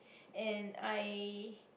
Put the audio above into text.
and I